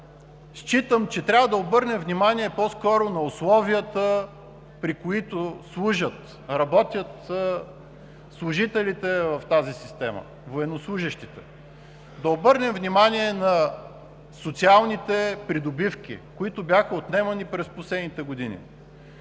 считам, че трябва да обърнем внимание по-скоро на условията, при които служат и работят служителите в тази система военнослужещите, да обърнем внимание на социалните придобивки, които бяха отнемани през последните години,